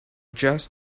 just